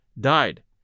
died